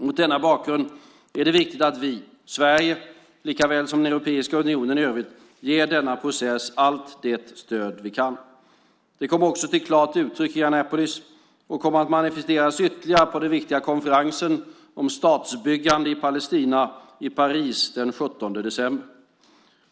Mot denna bakgrund är det viktigt att vi - Sverige likaväl som Europeiska unionen i övrigt - ger denna process allt det stöd vi kan. Det kom också till klart uttryck i Annapolis och kommer att manifesteras ytterligare på den viktiga konferensen om statsbyggande i Palestina i Paris den 17 december.